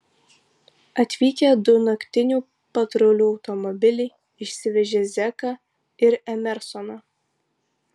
atvykę du naktinių patrulių automobiliai išsivežė zeką ir emersoną